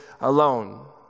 alone